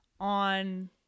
on